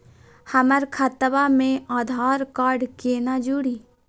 हमर खतवा मे आधार कार्ड केना जुड़ी?